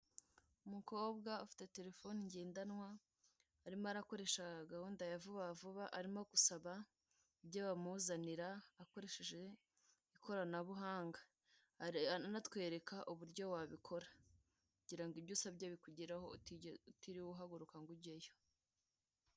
Umukobwa ufite telefone ngendanwa, arimo arakoresha gahunda ya vuba vuba, arimo gusaba ibyo bamuzanira, akoresheje ikoranabuhanga. Aranatwereka uburyo wabikora. Kugira ngo ibyo usabye bikugereho, utiriwe uhaguruka ngo ujyeyo.